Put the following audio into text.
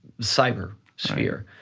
cyber sphere,